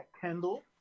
Kendall